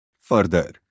Further